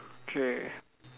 okay